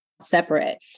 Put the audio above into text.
separate